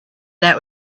that